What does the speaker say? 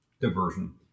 diversion